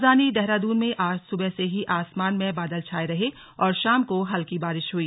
राजधानी देहरादून में आज सुबह से ही आसमान में बादल छाए रहे और शाम को हल्की बारिश हुई